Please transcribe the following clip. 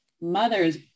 mother's